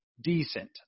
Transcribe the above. decent